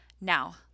Now